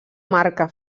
marca